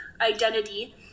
identity